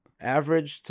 average